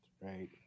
right